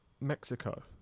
Mexico